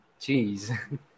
Jeez